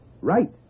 Right